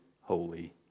holy